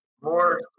more